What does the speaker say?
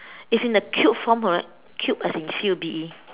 it's in the cube form correct cube as in C U B E